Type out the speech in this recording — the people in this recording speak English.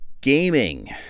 gaming